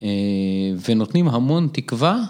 ונותנים המון תקווה.